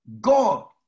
God